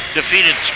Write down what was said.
defeated